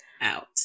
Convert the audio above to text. out